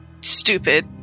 stupid